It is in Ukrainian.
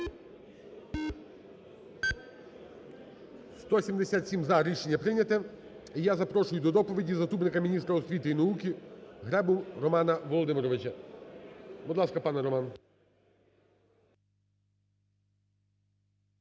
За-177 Рішення прийнято. І я запрошую до доповіді заступника міністра освіти і науки Гребу Романа Володимировича. Будь ласка, пане Романе.